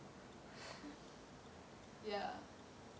ya